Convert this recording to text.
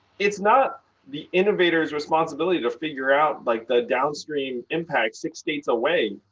it's not the innovator's responsibility to figure out, like, the downstream impact six states away.